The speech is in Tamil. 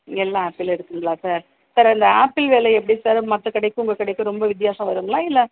எல்லா ஆப்பிளும் இருக்குங்களா சார் சார் இந்த ஆப்பிள் வெலை எப்படி சார் மற்ற கடைக்கும் உங்கள் கடைக்கும் ரொம்ப வித்தியாசம் வருங்களா இல்லை